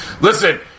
Listen